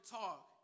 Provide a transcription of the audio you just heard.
talk